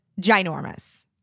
ginormous